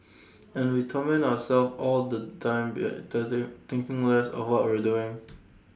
and we torment ourselves all the time by does the thinking less of what we're doing